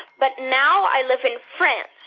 but now i live in france.